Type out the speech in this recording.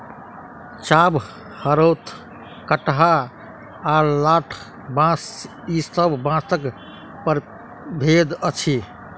चाभ, हरोथ, कंटहा आ लठबाँस ई सब बाँसक प्रभेद अछि